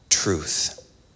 truth